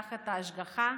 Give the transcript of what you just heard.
תחת ההשגחה,